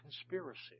conspiracy